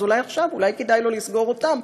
אז אולי עכשיו כדאי לו לסגור אותם,